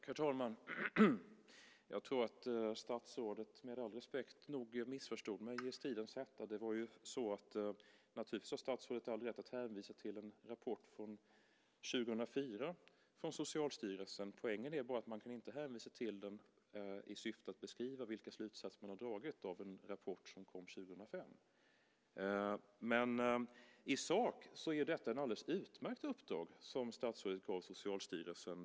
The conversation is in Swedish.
Herr talman! Jag tror att statsrådet, med all respekt, nog missförstod mig i stridens hetta. Naturligtvis har statsrådet all rätt att hänvisa till en rapport från 2004 från Socialstyrelsen. Poängen är bara att man inte kan hänvisa till den i syfte att beskriva vilka slutsatser man har dragit av en rapport som kom 2005. I sak är detta ett alldeles utmärkt uppdrag, som statsrådet gav Socialstyrelsen.